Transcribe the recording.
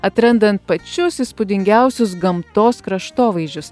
atrandant pačius įspūdingiausius gamtos kraštovaizdžius